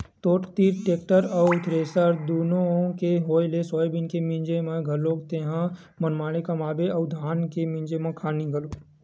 तोर तीर टेक्टर अउ थेरेसर दुनो के होय ले सोयाबीन के मिंजई म घलोक तेंहा मनमाड़े कमाबे अउ धान के मिंजई खानी घलोक